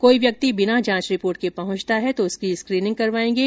कोई व्यक्ति बिना जांच रिपोर्ट के पहुंचता है तो उसकी स्क्रीनिंग करवाएंगे